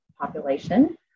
population